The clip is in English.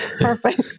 perfect